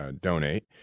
donate